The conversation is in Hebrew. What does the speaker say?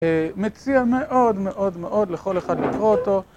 מציע מאוד מאוד מאוד לכל אחד לקרוא אותו